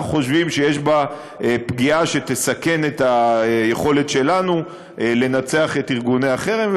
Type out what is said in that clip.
אנחנו חושבים שיש בה פגיעה שתסכן את היכולת שלנו לנצח את ארגוני החרם,